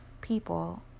people